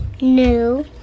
No